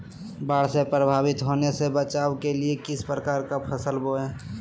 बाढ़ से प्रभावित होने से बचाव के लिए किस प्रकार की फसल बोए?